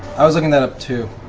i was looking that up, too.